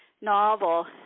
novel